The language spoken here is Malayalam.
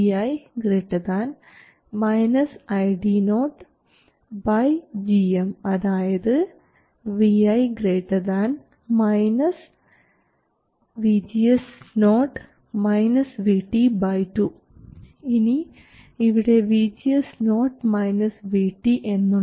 Vi ID0 gm അതായത് Vi 2 ഇനി ഇവിടെ VGS0 VT എന്നുണ്ട്